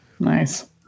Nice